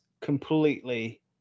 completely